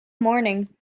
morning